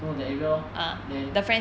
go that area lor then